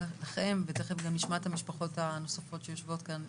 תיכף גם נשמע את המשפחות הנוספות שיושבות כאן,